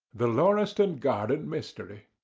the lauriston garden mystery